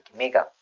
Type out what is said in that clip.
mega